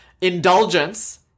indulgence